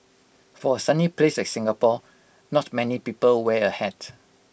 for A sunny place like Singapore not many people wear A hat